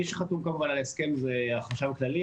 מי שחתום כמובן על ההסכם זה החשב הכללי,